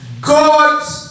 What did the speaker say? God